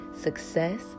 success